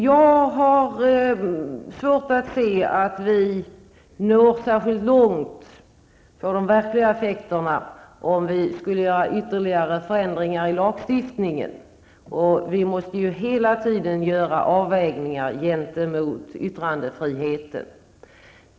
Jag har svårt att se att vi når längre eller uppnår större effekter genom att förändra lagstiftningen. Vi måste hela tiden göra avvägningar gentemot yttrandefriheten.